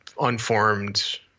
unformed